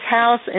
house